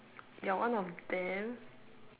you're one of them